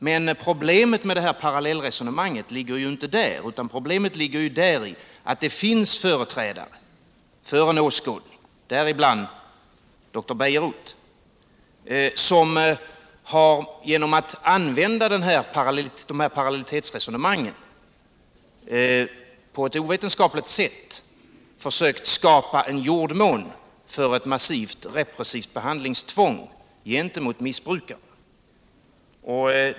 Men problemet med detta parallellresonemang ligger inte där, utan problemet ligger i att det finns företrädare för en åskådning, däribland dr Bejerot, som genom att använda dessa parallellitetsresonemang på ett ovetenskapligt sätt har försökt skapa jordmån för ett massivt repressivt behandlingstvång gentemot missbrukarna.